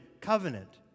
covenant